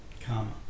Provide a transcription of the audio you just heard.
karma